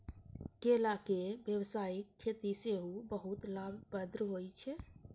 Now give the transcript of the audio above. केलाक व्यावसायिक खेती सेहो बहुत लाभप्रद होइ छै